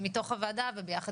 בתוכו אנחנו פועלים.